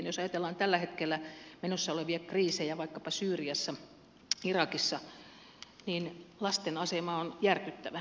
jos ajatellaan tällä hetkellä menossa olevia kriisejä vaikkapa syyriassa irakissa niin lasten asema on järkyttävä